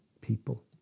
people